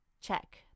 check